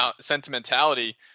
sentimentality